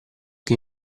che